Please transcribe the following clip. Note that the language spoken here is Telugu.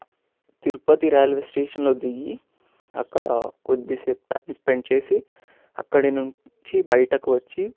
తిరుపతి రైల్వే స్టేషన్లో దిగి అక్కడ కొద్ది సేపు టైమ్ స్పెండ్ చేసి అక్కడి నుంచి బయటకు వచ్చి